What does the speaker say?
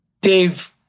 Dave